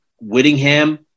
Whittingham